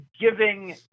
giving